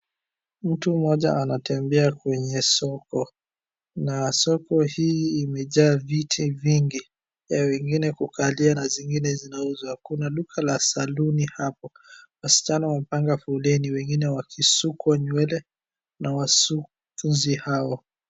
Mtu mmoja anatembea kwenye soko, na soko hii imejaa viti vingi, ya wengine kukalia na zingine zinauzwa. Kuna duka la saluni hapo. Wasichana wamepanga foleni wengine wakishukwa nywele na wasusi hao.